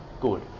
good